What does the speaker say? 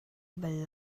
bal